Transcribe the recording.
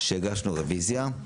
שהגשנו רביזיה.